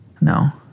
no